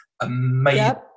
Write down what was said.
amazing